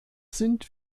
sind